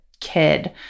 kid